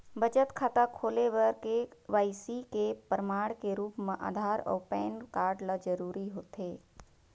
बचत खाता खोले बर के.वाइ.सी के प्रमाण के रूप म आधार अऊ पैन कार्ड ल जरूरी होथे